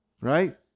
right